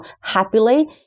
happily